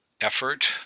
effort